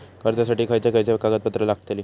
कर्जासाठी खयचे खयचे कागदपत्रा लागतली?